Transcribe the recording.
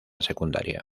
secundaria